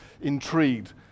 intrigued